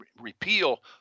repeal